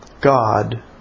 God